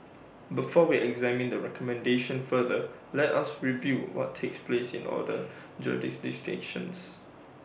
before we examine the recommendation further let us review what takes place in other jurisdictions